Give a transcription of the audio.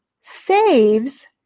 saves